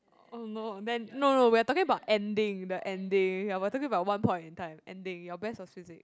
oh no then no no we are talking about ending the ending ya we're talking about one point in time ending your best was physics